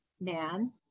man